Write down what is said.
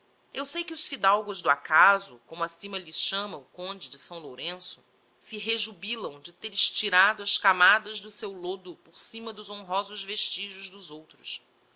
eu sei que os fidalgos do acaso como acima lhes chama o conde de s lourenço se rejubilam de ter estirado as camadas do seu lodo por cima dos honrosos vestigios dos outros